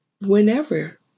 whenever